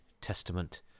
testament